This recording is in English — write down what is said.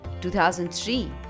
2003